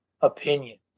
opinions